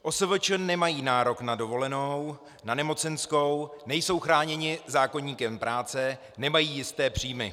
OSVČ nemají nárok na dovolenou, na nemocenskou, nejsou chráněni zákoníkem práce, nemají jisté příjmy.